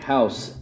House